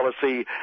policy